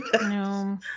No